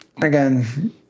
again